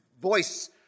voice